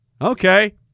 Okay